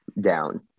down